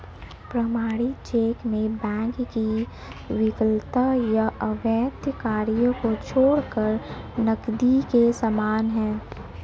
प्रमाणित चेक में बैंक की विफलता या अवैध कार्य को छोड़कर नकदी के समान है